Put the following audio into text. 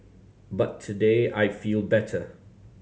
but today I feel better